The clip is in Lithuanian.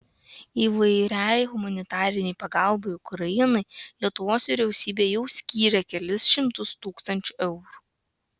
įvairiai humanitarinei pagalbai ukrainai lietuvos vyriausybė jau skyrė kelis šimtus tūkstančių eurų